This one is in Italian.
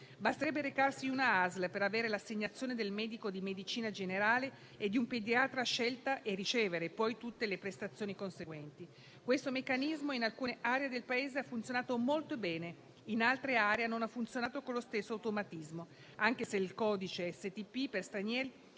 Basterebbe recarsi presso una ASL per avere l'assegnazione del medico di medicina generale e di un pediatra a scelta, e ricevere poi tutte le prestazioni conseguenti. Questo meccanismo in alcune aree del Paese ha funzionato molto bene, in altre aree non ha funzionato con lo stesso automatismo. Anche se il codice STP per stranieri